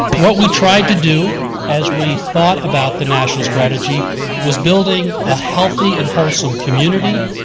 what we tried to do as we thought about the national strategy was building a healthy and wholesome community,